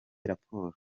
raporo